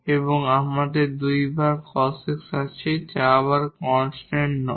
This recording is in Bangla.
এবং আমাদের 2 বার cos x আছে যা আবার কনস্ট্যান্ট নয়